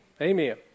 Amen